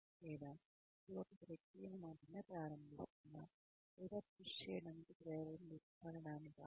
లేదా ఇది ఒక ప్రక్రియను మాత్రమే ప్రారంభిస్తుందా లేదా పుష్ చేయడానికి ప్రేరేపించబడటానిక